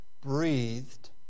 breathed